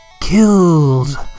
killed